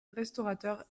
restaurateurs